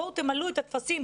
בואו תמלאו את הטפסים,